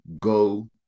go